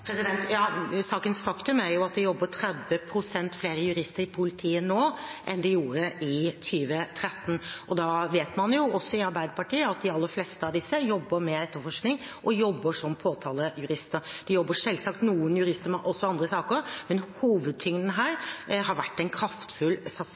Sakens faktum er at det jobber 30 pst. flere jurister i politiet nå enn det gjorde i 2013, og da vet man jo også i Arbeiderpartiet at de aller fleste av disse jobber med etterforskning og jobber som påtalejurister. Det jobber selvsagt noen jurister også med andre saker, men hovedtyngden her har vært en kraftfull satsing